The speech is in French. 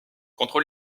contre